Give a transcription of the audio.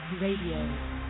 Radio